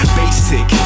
basic